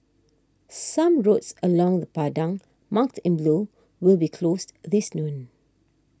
some roads around the Padang marked in blue will be closed this noon